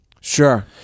Sure